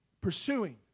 pursuing